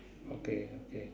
okay okay